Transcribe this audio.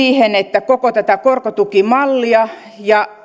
siihen että koko korkotukimallia ja